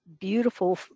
beautiful